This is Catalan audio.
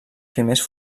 primers